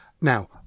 Now